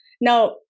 now